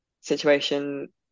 situation